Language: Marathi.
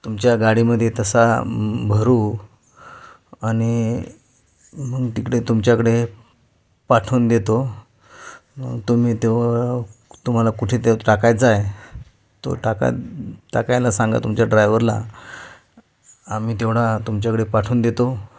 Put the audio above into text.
तुमच्या गाडीमध्ये तसा भरू आणि मग तिकडे तुमच्याकडे पाठवून देतो मग तुम्ही तेवढं तुम्हाला कुठे तेव्हा टाकायचा आहे तो टाका टाकायला सांगा तुमच्या ड्रायव्हरला आम्ही तेवढा तुमच्याकडे पाठवून देतो